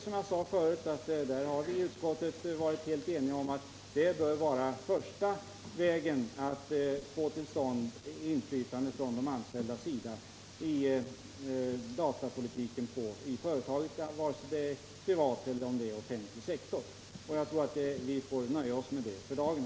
Som jag sade förut har utskottet varit helt enigt om att den vägen bör vara den första för att få till stånd inflytande från de anställdas sida över datapolitiken i företaget, oavsett om företaget är privat eller i offentlig sektor. — Jag tror att vi får låta nöja oss med detta för dagen.